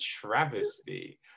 travesty